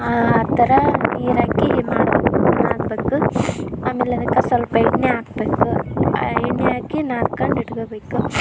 ಆ ಥರ ನೀರಾಕಿ ಮಾಡಬೇಕು ನಾದಬೇಕು ಆಮೇಲೆ ಅದಕ್ಕೆ ಸ್ವಲ್ಪ ಎಣ್ಣೆ ಹಾಕ್ಬೇಕು ಎಣ್ಣೆ ಹಾಕಿ ನಾದ್ಕಂಡು ಇಟ್ಕಬೇಕು